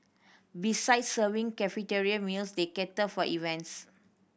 besides serving cafeteria meals they cater for events